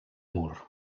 mur